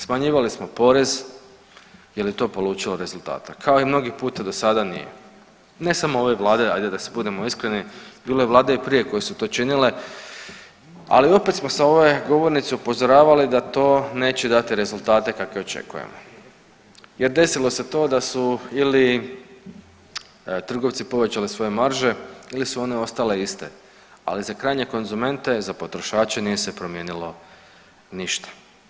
Smanjivali smo porez, jel je to polučilo rezultata, kao i mnogi puta do sada nije, ne samo ove vlade ajde da si budemo iskreni bilo je vlade i prije koje su to činile, ali opet smo sa ove govornice upozoravali da to neće dati rezultate kakve očekujemo jer desilo se to da su ili trgovci povećali svoje marže ili su one ostale iste, ali za krajnje konzumente, za potrošače nije se promijenilo ništa.